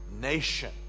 nation